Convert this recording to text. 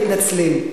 מתנצלים.